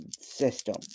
system